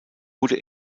wurde